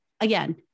again